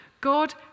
God